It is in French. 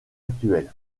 actuel